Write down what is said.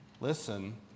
listen